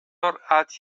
att